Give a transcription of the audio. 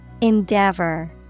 Endeavor